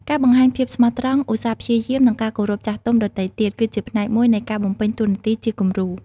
ការបង្ហាញភាពស្មោះត្រង់ ឧស្សាហ៍ព្យាយាម និងការគោរពចាស់ទុំដទៃទៀត គឺជាផ្នែកមួយនៃការបំពេញតួនាទីជាគំរូ។